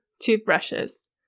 toothbrushes